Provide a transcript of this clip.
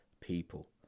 people